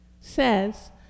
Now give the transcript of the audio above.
says